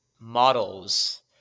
models